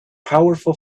powerful